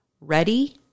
ready